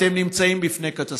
אתם נמצאים בפני קטסטרופה.